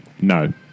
No